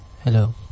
hello